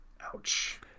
Ouch